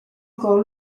encore